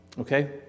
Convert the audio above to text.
okay